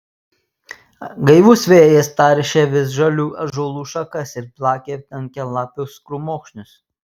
gaivus vėjas taršė visžalių ąžuolų šakas ir plakė tankialapius krūmokšnius